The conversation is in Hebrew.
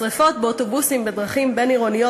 השרפות באוטובוסים בדרכים בין-עירוניות